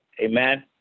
Amen